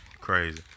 Crazy